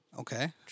Okay